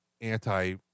anti